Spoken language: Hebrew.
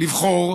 לבחור,